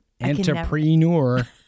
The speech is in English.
Entrepreneur